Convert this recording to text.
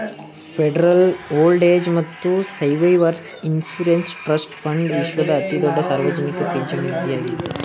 federal old age ಮತ್ತು survivors insurance trust fund ವಿಶ್ವದ ಅತಿದೊಡ್ಡ ಸಾರ್ವಜನಿಕ ಪಿಂಚಣಿ ನಿಧಿಯಾಗಿದ್ದೆ